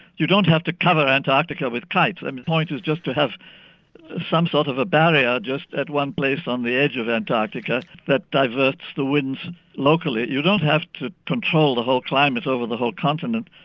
you don't have to cover antarctica with kites. the point is just to have some sort of a barrier just at one place on the edge of antarctica that diverts the winds locally. you don't have to control the whole climate over the whole continent.